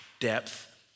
depth